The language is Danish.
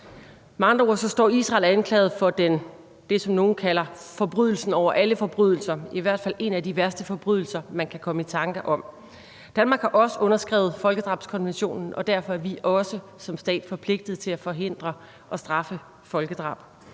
for det, som nogle kalder forbrydelsen over alle forbrydelser, i hvert fald en af de værste forbrydelser, man kan komme i tanke om. Danmark har også underskrevet folkedrabskonventionen, og derfor er vi også som stat forpligtet til at forhindre og straffe folkedrab.